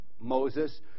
Moses